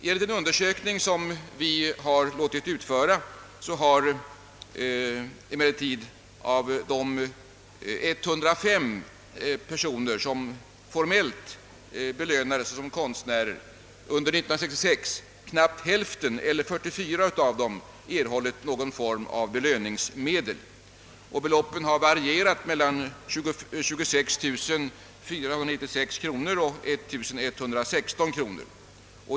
Enligt en undersökning som vi har låtit utföra har av de 105 personer, som formellt belönades som konstnärer under 1966, knappt hälften eller 44 erhållit någon form av belöningsmedel. Beloppen har varierat mellan 26 496 och 1 116 kronor.